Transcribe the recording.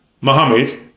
Muhammad